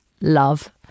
love